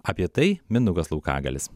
apie tai mindaugas laukagalius